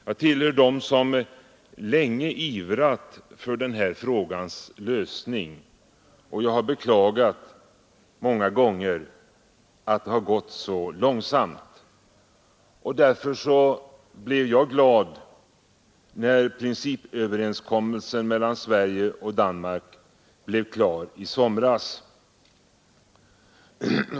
Jag tillhör dem som länge ivrat för den här frågans lösning, och jag har beklagat många gånger att det har gått så långsamt. Därför blev jag glad när principöverenskommelsen mellan Sverige och Danmark blev klar i somras.